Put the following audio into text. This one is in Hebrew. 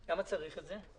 למה צריך את זה?